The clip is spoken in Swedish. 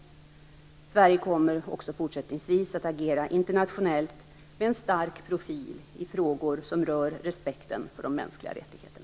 Sverige kommer också fortsättningsvis att agera internationellt med en stark profil i frågor som rör respekten för de mänskliga rättigheterna.